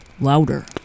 louder